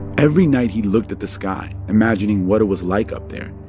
every night he looked at the sky, imagining what it was like up there.